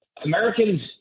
Americans